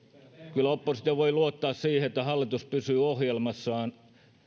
kyllä oppositio voi luottaa siihen että hallitus pysyy ohjelmassaan